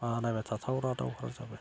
नायबाय थाथावना दाउफोरा जाबाय